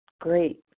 great